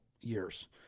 years